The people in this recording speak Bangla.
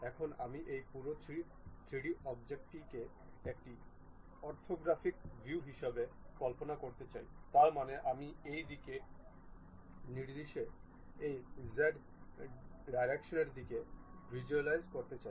এখন আমি এই পুরো 3D অবজেক্টটি কে একটি অর্থোগ্রাফিক ভিউ হিসাবে কল্পনা করতে চাই তার মানে আমি এই দিক নির্দেশে এই Z ডাইরেক্শনের দিকে ভিজ্যুয়ালাইজ করতে চাই